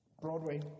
Broadway